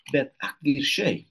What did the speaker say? bet atvirkščiai